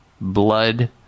blood